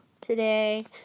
today